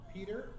Peter